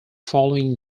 following